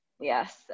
yes